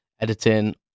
editing